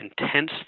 intense